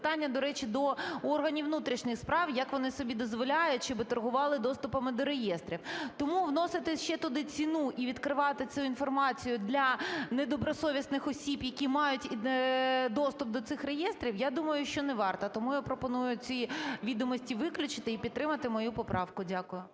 питання, до речі, до органів внутрішніх справ, як вони собі дозволяють, щоби торгували доступами до реєстрів. Тому вносити ще туди ціну і відкривати цю інформацію для недобросовісних осіб, які мають доступ до цих реєстрів, я думаю, що не варто. Тому я пропоную ці відомості виключити і підтримати мою поправку. Дякую.